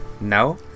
No